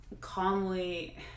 calmly